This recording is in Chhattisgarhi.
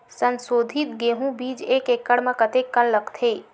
संसोधित गेहूं बीज एक एकड़ म कतेकन लगथे?